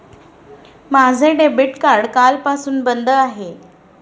माझे debit card कालपासून बंद आहे